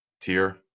tier